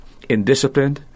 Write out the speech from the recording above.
indisciplined